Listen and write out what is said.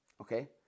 okay